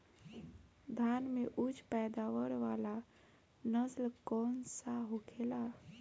धान में उच्च पैदावार वाला नस्ल कौन सा होखेला?